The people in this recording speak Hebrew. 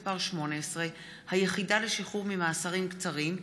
מס' 18) (היחידה לשחרור ממאסרים קצרים),